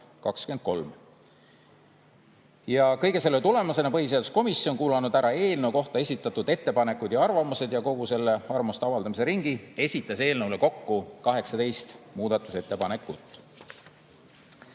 Ja kõige selle tulemusena põhiseaduskomisjon, kuulanud ära eelnõu kohta esitatud ettepanekud ja arvamused ja kogu selle arvamuste avaldamise ringi, esitas eelnõu kohta kokku 18 muudatusettepanekut.